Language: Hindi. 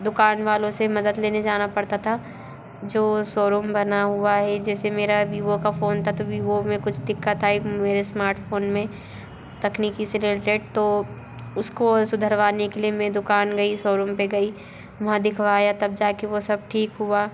दुकान वालों से मदद लेने जाना पड़ता था जो शोरूम बना हुआ है जैसे मेरा वीवो का फ़ोन था तो वीवो में कुछ दिक्कत आई मेरे स्मार्टफ़ोन में तकनीकी से रिलेटेड तो उसको सुधरवाने के लिए मैं दुकान गई शोरूम पर गई वहाँ दिखवाया तब जाकर वह सब ठीक हुआ